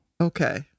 Okay